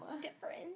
different